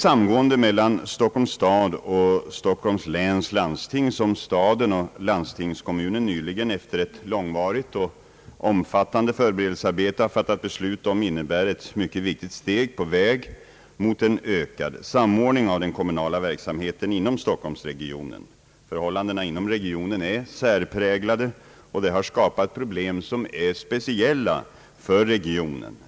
fattande förberedelsearbete har fattat beslut om innebär ett mycket viktigt steg på väg mot en ökad samordning av den kommunala verksamheten i stockholmsregionen. Förhållandena inom denna är särpräglade och har skapat problem som är speciella för regionen.